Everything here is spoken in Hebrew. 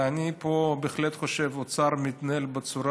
אני בהחלט חושב שהאוצר מתנהג פה בצורה